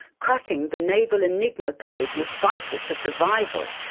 cracking the naval enigma code was vital to survival,